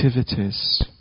activities